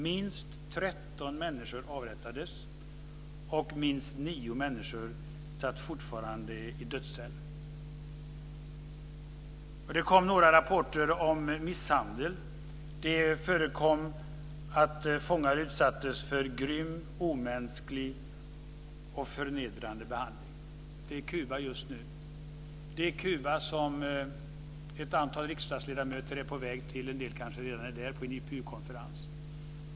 Minst 13 människor avrättades, och minst nio människor satt fortfarande i dödscell. Det kom några rapporter om misshandel. Det förekom att fångar utsattes för grym, omänsklig och förnedrande behandling. Det är Kuba just nu. Det är Kuba dit ett antal riksdagsledamöter är på väg - en del kanske redan är där - för att delta i en IPU-konferens.